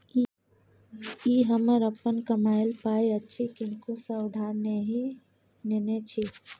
ई हमर अपन कमायल पाय अछि किनको सँ उधार नहि नेने छी